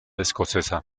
escocesa